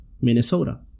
Minnesota